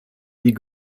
wie